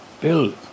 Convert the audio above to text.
Bill